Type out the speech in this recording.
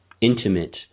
intimate